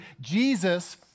Jesus